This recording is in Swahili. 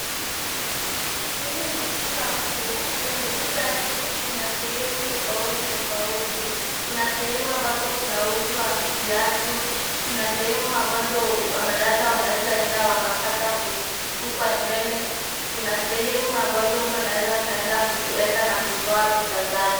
Hili ni duka kuu kwenye duka hii kuna sehemu tofauti tofauti, kuna sehemu ambazo kunauzwa viatu, kuna sehemu ambazo wanadada wanaeza enda wakapata kusukwa nywele, kuna sehemu ambazo mtu anaeza akaenda kueka na kutoa pesa zake.